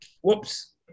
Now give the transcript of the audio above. Whoops